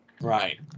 right